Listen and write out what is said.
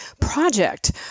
project